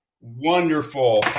wonderful